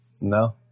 No